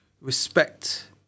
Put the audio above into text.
respect